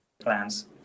plans